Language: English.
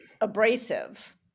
abrasive